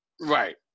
right